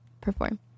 perform